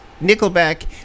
Nickelback